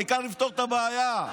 העיקר לפתור את הבעיה.